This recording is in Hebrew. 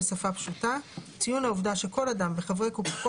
בשפה פשוטה: ציון העובדה שכל אדם וחברי כל